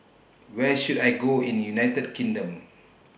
Where should I Go in United Kingdom